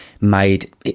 made